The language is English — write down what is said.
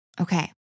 Okay